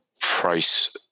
price